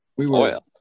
oil